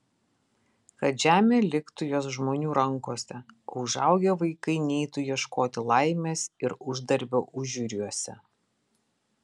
kad žemė liktų jos žmonių rankose o užaugę vaikai neitų ieškoti laimės ir uždarbio užjūriuose